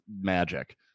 magic